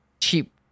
cheap